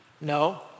No